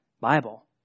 Bible